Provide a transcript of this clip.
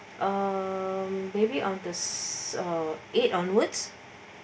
um maybe the s~ or eight onwards